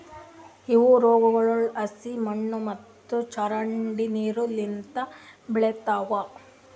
ಇವು ರೋಗಗೊಳ್ ಹಸಿ ಮಣ್ಣು ಮತ್ತ ಚರಂಡಿ ನೀರು ಲಿಂತ್ ಬೆಳಿತಾವ್